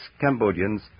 Cambodians